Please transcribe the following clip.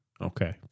Okay